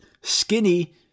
Skinny